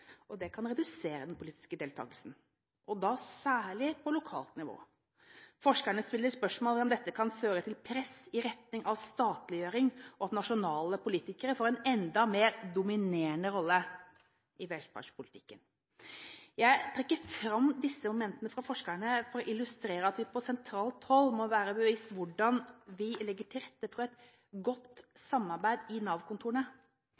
og det kan redusere den politiske deltakelsen, særlig på lokalt nivå. Forskerne stiller spørsmål ved om dette kan føre til press i retning av statliggjøring, og at nasjonale politikere får en enda mer dominerende rolle i velferdspolitikken. Jeg trekker fram disse momentene fra forskerne for å illustrere at vi på sentralt hold må være oss bevisst hvordan vi legger til rette for et godt